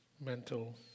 mental